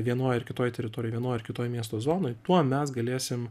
vienoj ar kitoj teritorijoj vienoj ar kitoj miesto zonoj tuo mes galėsim